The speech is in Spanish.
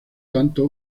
tanto